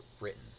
written